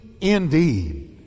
indeed